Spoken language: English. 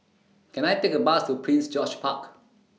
Can I Take A Bus to Prince George's Park